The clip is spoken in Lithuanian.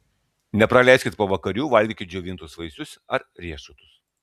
nepraleiskit pavakarių valgykit džiovintus vaisius ar riešutus